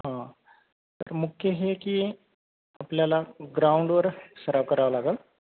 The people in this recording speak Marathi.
हां तर मुख्य हे की आपल्याला ग्राउंडवर सराव करावं लागेल